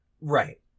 Right